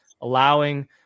allowing